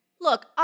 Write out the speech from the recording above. Look